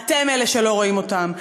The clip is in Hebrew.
אתם אלה שלא רואים אותם.